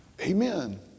Amen